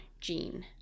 gene